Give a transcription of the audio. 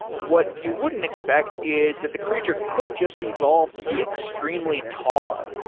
what you wouldn't expect is that the creature could just evolve to be extremely tall,